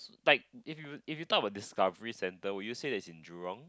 like if you if you talk about Discovery center will you say that it's in Jurong